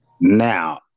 Now